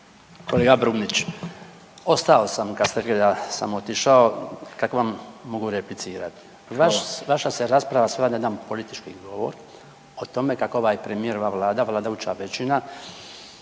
Kolega Brumnić, ostao sam kad ste rekli da sam otišao kako vam mogu replicirati. Vaš, vaša se rasprava svela na jedan politički govor o tome kako ovaj premijer i ova vlada, vladajuća većina